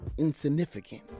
insignificant